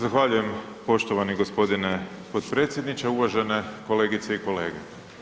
Zahvaljujem poštovani g. potpredsjedniče, uvažene kolegice i kolege.